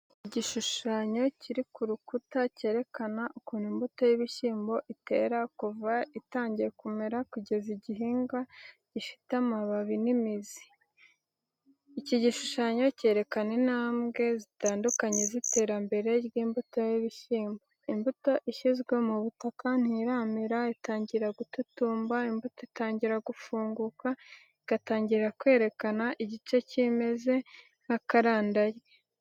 Igishushanyo kiri ku rukuta cyerekana ukuntu imbuto y’ibishyimbo itera kuva itangiye kumera kugeza igize igihingwa gifite amababi n’imizi. Iki gishushanyo cyerekana intambwe zitandukanye z'iterambere ry’imbuto y'ibishyimbo, imbuto ishyizwe mu butaka ntiramera, itangira gututumba imbuto itangira gufunguka, igatangira kwerekana igice kimeze nk’akarandaryi.